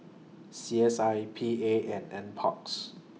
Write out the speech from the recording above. C S I P A and N Parks